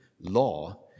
law